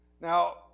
Now